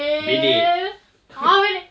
bedek